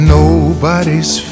nobody's